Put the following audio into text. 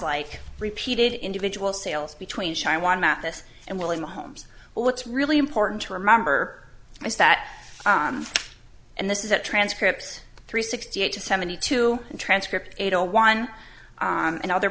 like repeated individual sales between china one mathis and willing holmes well what's really important to remember is that and this is a transcript three sixty eight to seventy two transcript eight o one and other